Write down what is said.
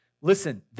listen